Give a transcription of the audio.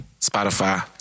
Spotify